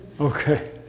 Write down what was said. Okay